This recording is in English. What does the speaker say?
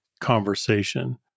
conversation